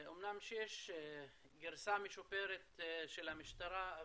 אמנם יש גרסה משופרת של המשטרה,